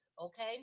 Okay